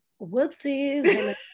Whoopsies